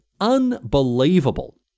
Unbelievable